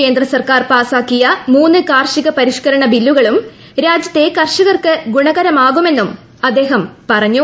കേന്ദ്ര സർക്കാർ പാസാക്കിയ മൂന്ന് കാർഷിക പരിഷ്കരണ ബില്ലുകളും രാജ്യത്തെ കർഷകർക്ക് ഗുണകരമാകു മെന്നും അദ്ദേഹം പറഞ്ഞു